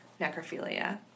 necrophilia